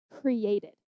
created